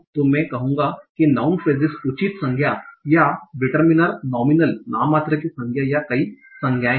तो मैं कहूंगा कि नाउँन फ्रेसेस उचित संज्ञा या डिटर्मिनर नोमीनल नाममात्र की संज्ञा या कई संज्ञाएं हैं